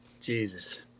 jesus